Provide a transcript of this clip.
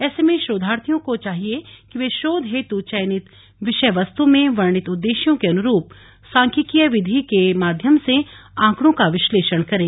ऐसे में शोधार्थियों को चाहिए कि वे शोध हेतु चयनित विषय वस्तु में वर्णित उद्देश्यों को अनुरूप सांख्यकीय विधि के माध्यम से आंकड़ो का विश्लेषण करें